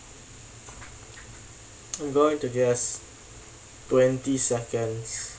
I'm going to guess twenty seconds